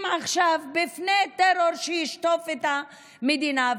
עכשיו בפני טרור שישטוף את המדינה,